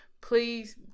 please